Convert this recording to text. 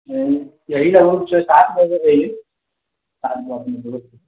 यहि रहब कोई छह सात गो रहि सात